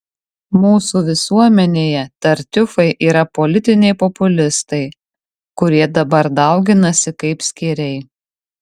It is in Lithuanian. mūsų visuomenėje tartiufai yra politiniai populistai kurie dabar dauginasi kaip skėriai